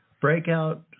breakout